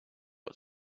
got